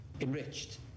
enriched